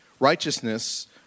Righteousness